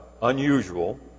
Unusual